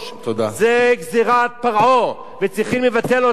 זו גזירת פרעה וצריכים לבטל אותה.